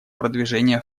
продвижения